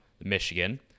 Michigan